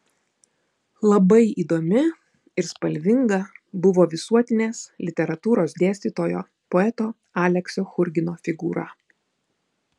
labai įdomi ir spalvinga buvo visuotinės literatūros dėstytojo poeto aleksio churgino figūra